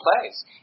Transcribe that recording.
place